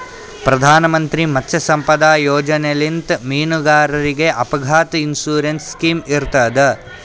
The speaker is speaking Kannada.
ಪ್ರಧಾನ್ ಮಂತ್ರಿ ಮತ್ಸ್ಯ ಸಂಪದಾ ಯೋಜನೆಲಿಂತ್ ಮೀನುಗಾರರಿಗ್ ಅಪಘಾತ್ ಇನ್ಸೂರೆನ್ಸ್ ಸ್ಕಿಮ್ ಇರ್ತದ್